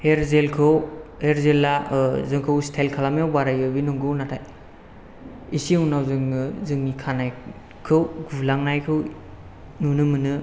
हेर जेलखौ हेर जेलआ जोंखौ स्टाइल खालामनो बानायो बे नंगौ नाथाय एसे उनाव जोङो जोंनि खानायखौ गुलांनायखौ नुनो मोनो